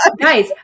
guys